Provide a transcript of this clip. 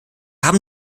haben